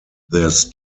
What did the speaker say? this